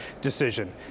decision